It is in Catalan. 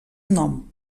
nom